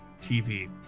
TV